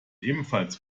ebenfalls